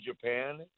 Japan